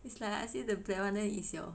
it's like I say you the black one then is your